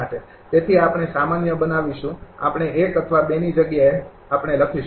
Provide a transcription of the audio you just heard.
તેથી આપણે સામાન્ય બનાવીશુ આપણે અથવા ની જગ્યાએ આપણે લખીશું